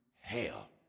hell